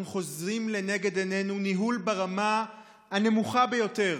אנחנו חוזים לנגד עינינו בניהול ברמה הנמוכה ביותר,